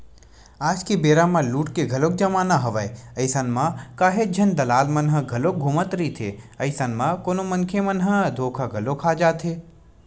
आज के बेरा म लूट के घलोक जमाना हवय अइसन म काहेच झन दलाल मन ह घलोक घूमत रहिथे, अइसन म कोनो मनखे मन ह धोखा घलो खा जाथे